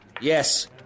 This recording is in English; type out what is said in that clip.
yes